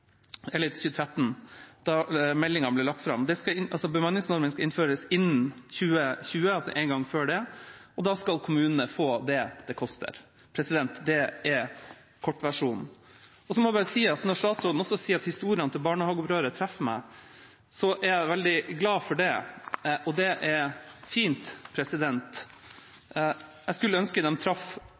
2013, da meldingen ble lagt fram, at bemanningsnormen skal innføres innen 2020, altså en gang før det, og da skal kommunene få det det koster. – Det er kortversjonen. Når statsråden også sier at historiene til barnehageopprøret treffer han, er jeg veldig glad for det. Det er fint, men jeg skulle ønske de traff